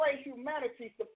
humanity